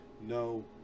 no